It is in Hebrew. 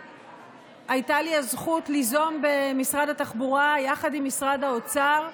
הייתה לי הזכות ליזום אותה במשרד התחבורה יחד עם משרד האוצר.